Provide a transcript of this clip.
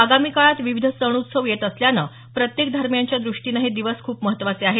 आगामी काळात विविध सण उत्सव येत असल्यानं प्रत्येक धर्मियांच्या दृष्टीने हे दिवस खूप महत्त्वाचे आहेत